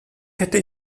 hätte